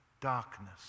darkness